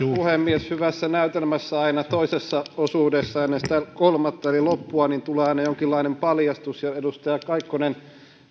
puhemies hyvässä näytelmässä toisessa osuudessa ennen sitä kolmatta eli loppua tulee aina jonkinlainen paljastus edustaja kaikkonen